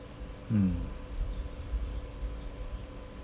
mm